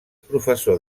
professor